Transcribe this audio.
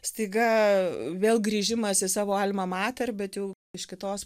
staiga vėl grįžimas į savo alma mater bet jau iš kitos